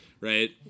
Right